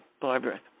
Barbara